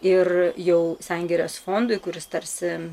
ir jau sengirės fondui kuris tarsi